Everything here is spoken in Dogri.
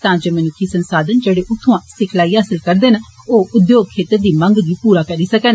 तां जे मनुक्खी संसाधन जेडे उत्थुआं सिखलाई हासिल करदे न ओ उद्योग क्षेत्र दी मंगै गी पूरा करी सकन